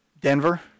Denver